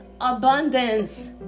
abundance